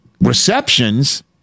receptions